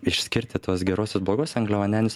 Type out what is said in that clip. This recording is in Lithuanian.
išskirti tuos geruosius bloguos angliavandenius